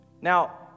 Now